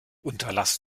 unterlass